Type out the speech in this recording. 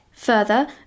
Further